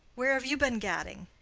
where have you been gadding?